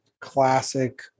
classic